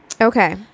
Okay